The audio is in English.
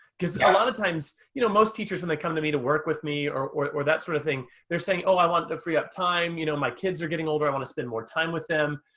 cuz a lotta times, you know most teachers when they come to me to work with me or or that sorta thing, they're saying oh i want to free up time. you know, my kids are getting older, i wanna spend more time with them.